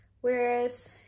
Whereas